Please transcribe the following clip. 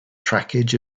trackage